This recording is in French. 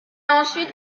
ensuite